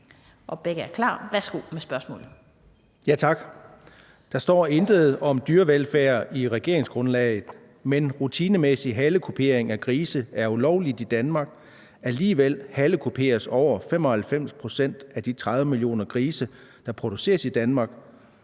fiskeri af: Søren Egge Rasmussen (EL): Der står intet om dyrevelfærd i regeringsgrundlaget, men rutinemæssig halekupering af grise er ulovligt i Danmark, og alligevel halekuperes over 95 pct. af de 30 mio. grise, der produceres i Danmark